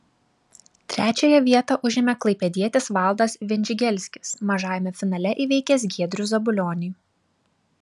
trečiąją vietą užėmė klaipėdietis valdas vindžigelskis mažajame finale įveikęs giedrių zabulionį